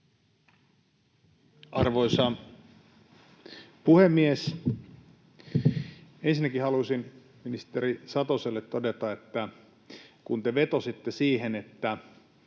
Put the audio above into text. Arvoisa puhemies! Ensinnäkin halusin ministeri Satoselle todeta, että kun te vetositte siihen, että